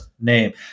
name